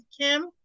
Kim